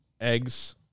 eggs